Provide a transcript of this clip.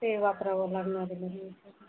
ते वापरावं लागणार आहे मॅडम